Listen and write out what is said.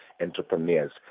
entrepreneurs